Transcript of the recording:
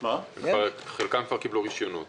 חלקם כבר קיבלו רשיונות.